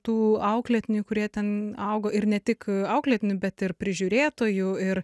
tų auklėtinių kurie ten augo ir ne tik auklėtinių bet ir prižiūrėtojų ir